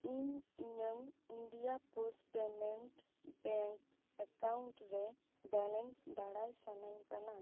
ᱤᱧ ᱤᱧᱟᱹᱜ India Post Payments Bank account ᱨᱮ ᱵᱮᱞᱮᱱᱥ ᱵᱟᱲᱟᱭ ᱥᱟᱱᱟᱧ ᱠᱟᱱᱟ